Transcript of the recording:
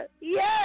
Yes